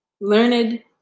learned